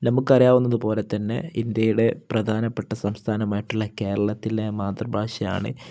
നമുക്കറിയാവുന്നതു പോലെ തന്നെ ഇന്ത്യയുടെ പ്രധാനപ്പെട്ട സംസ്ഥാനമായിട്ടുള്ള കേരളത്തിലെ മാതൃഭാഷയാണ്